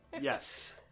Yes